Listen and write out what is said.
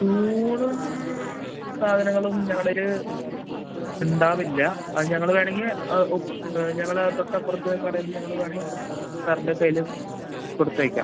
സ്പൂണും സാധനങ്ങളും ഞങ്ങടേൽ ഉണ്ടാവില്ല അത് ഞങ്ങൾ വേണമെങ്കിൽ ആ ഞങ്ങൾ തൊട്ടപ്പുറത്തെ കടയിൽ നിന്ന് ഞങ്ങൾ വേണെയ് സാറിൻ്റെ കൈയിൽ കൊടുത്തയക്കാം